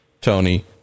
Tony